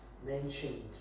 Mentioned